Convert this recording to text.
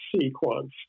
sequence